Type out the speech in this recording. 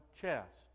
chest